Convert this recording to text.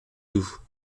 doubs